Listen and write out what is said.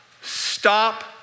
Stop